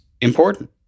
important